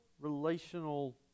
relational